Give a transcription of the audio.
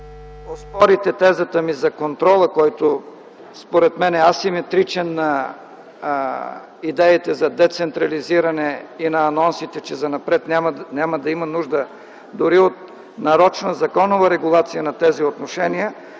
оспорите тезата ми за контрола, който според мен е асиметричен на идеите за децентрализиране и на анонсите, че занапред няма да има нужда дори от нарочна законова регулация на тези отношения,